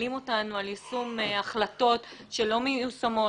שואלים אותנו על יישום החלטות שלא מיושמות,